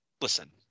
listen